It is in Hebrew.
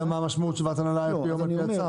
מה המשמעות של ועדת הנהלה על פי הצו.